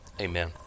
Amen